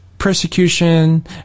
persecution